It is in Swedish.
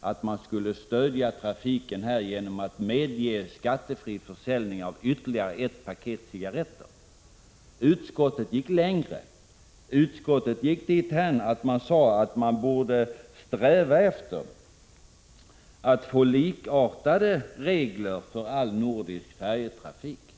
att man skulle stödja trafiken genom att medge skattefri försäljning av ytterligare ett paket cigarretter. Utskottet gick längre. Man ville sträva efter att få likartade regler för all nordisk färjetrafik.